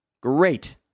great